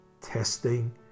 testing